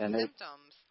symptoms